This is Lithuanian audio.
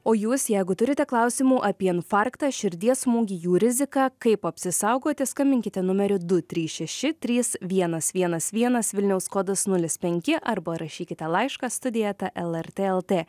o jūs jeigu turite klausimų apie infarktą širdies smūgį jų riziką kaip apsisaugoti skambinkite numeriu du trys šeši trys vienas vienas vienas vilniaus kodas nulis penki arba rašykite laišką studija eta lrt lt